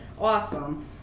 awesome